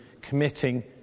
committing